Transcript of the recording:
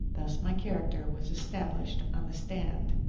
thus my character was established on the stand.